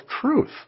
truth